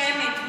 שמית,